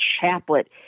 chaplet